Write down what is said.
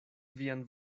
vian